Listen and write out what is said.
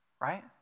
Right